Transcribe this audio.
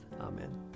Amen